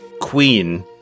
Queen